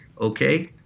okay